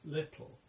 little